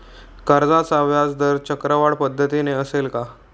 कर्जाचा व्याजदर चक्रवाढ पद्धतीने असेल का?